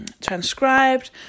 transcribed